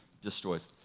destroys